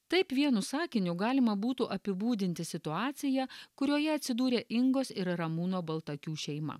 taip vienu sakiniu galima būtų apibūdinti situaciją kurioje atsidūrė ingos ir ramūno baltakių šeima